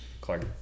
Clark